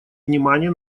внимание